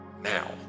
now